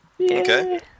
Okay